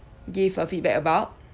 give a feedback about